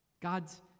God's